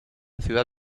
ciudad